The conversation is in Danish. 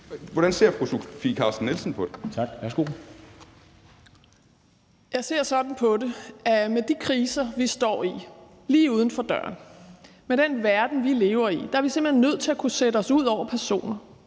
13:18 Sofie Carsten Nielsen (RV): Jeg ser sådan på det, at med de kriser, vi står i, lige uden for døren; at med den verden, vi lever i, er vi simpelt hen nødt til at kunne sætte os ud over personer.